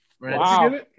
Wow